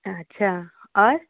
अच्छा आओर